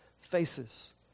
faces